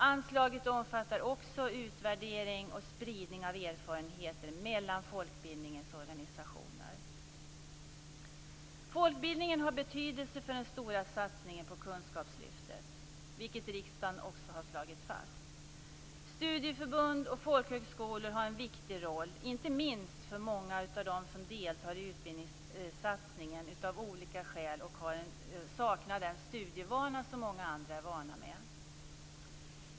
Anslaget omfattar också utvärdering och spridning av erfarenheter mellan folkbildningens organisationer. Folkbildningen har betydelse för den stora satsningen på kunskapslyftet, vilket riksdagen också har slagit fast. Studieförbund och folkhögskolor har en viktig roll, inte minst för att många av dem som deltar i utbildningssatsningen av olika skäl saknar den studievana som många andra har.